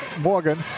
Morgan